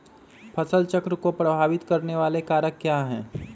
फसल चक्र को प्रभावित करने वाले कारक क्या है?